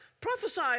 Prophesy